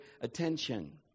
attention